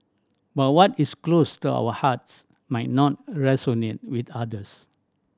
but what is close to our hearts might not resonate with others